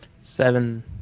Seven